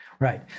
Right